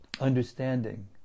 understanding